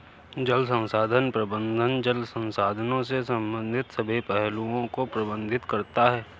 जल संसाधन प्रबंधन जल संसाधनों से संबंधित सभी पहलुओं को प्रबंधित करता है